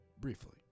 briefly